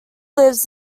lives